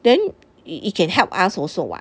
then it can help us also [what]